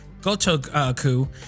Gotoku